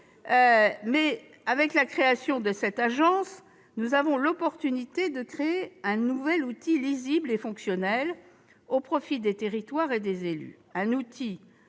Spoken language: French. mais, avec l'ANCT, nous avons l'opportunité de créer un nouvel outil lisible et fonctionnel au profit des territoires et des élus